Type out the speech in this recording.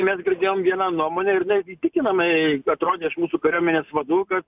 mes girdėjom vieną nuomonę ir netgi įtikinamai atrodė iš mūsų kariuomenės vadų kad